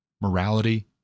morality